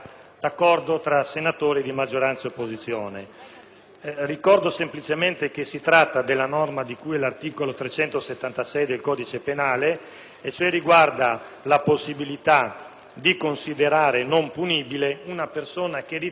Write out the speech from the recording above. Ricordo semplicemente che il riferimento è alla norma di cui all'articolo 376 del codice penale, che riguarda la possibilità di considerare non punibile una persona che ritratta relativamente a tutta una serie di reati.